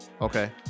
okay